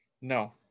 No